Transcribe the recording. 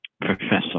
Professor